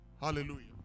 Hallelujah